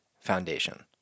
Foundation